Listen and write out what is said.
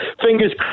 Fingers